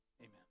amen